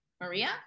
maria